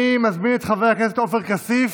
אני מזמין את חבר הכנסת עופר כסיף.